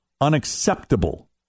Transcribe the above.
unacceptable